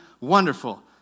wonderful